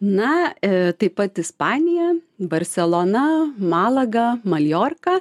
na e taip pat ispanija barselona malaga maljorka